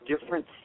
different